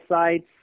sites